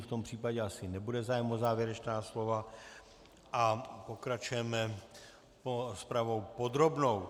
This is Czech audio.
V tom případě asi nebude zájem o závěrečná slova a pokračujeme rozpravou podrobnou.